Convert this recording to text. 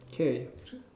okay